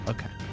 Okay